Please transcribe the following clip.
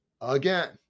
again